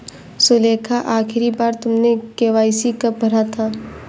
सुलेखा, आखिरी बार तुमने के.वाई.सी कब भरा था?